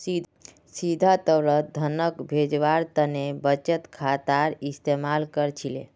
सीधा तौरत धनक भेजवार तने बचत खातार इस्तेमाल कर छिले